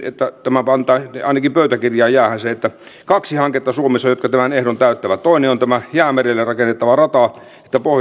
ja ainakin pöytäkirjaan se jää että suomessa on kaksi hanketta jotka tämän ehdon täyttävät toinen on tämä jäämerelle rakennettava rata